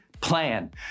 plan